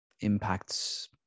impacts